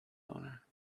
owner